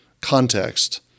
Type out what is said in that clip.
context